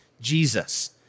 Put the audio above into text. Jesus